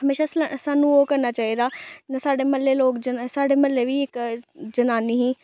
हमेशा सलैं सानूं ओह् करना चाहिदा साढ़े म्हल्ले लोग जन साढ़े म्हल्ले बी इक जनानी ही